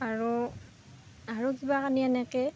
আৰু আৰু কিবা কানি এনেকৈ